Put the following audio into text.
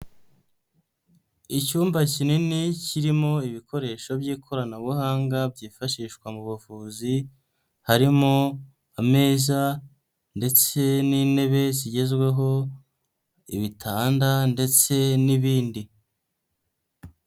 Icyumba kinini kirimo ibikoresho by'ikoranabuhanga byifashishwa mu buvuzi, harimo ameza ndetse n'intebe zigezweho, ibitanda ndetse n'ibindi.